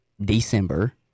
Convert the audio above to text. December